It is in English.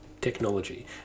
technology